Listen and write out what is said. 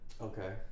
Okay